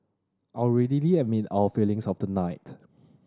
I would readily admit our failings of the night